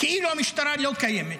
כאילו המשטרה לא קיימת.